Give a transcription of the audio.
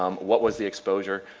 um what was the exposure?